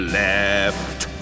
left